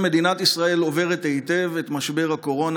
מדינת ישראל עוברת היטב את משבר הקורונה,